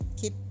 keep